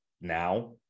now